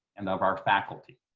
and of our faculty.